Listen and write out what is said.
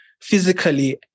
physically